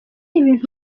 ibintu